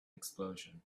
explosion